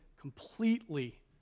completely